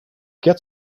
get